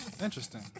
Interesting